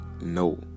no